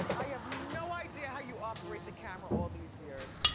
i have no idea how you operate the camera all these years.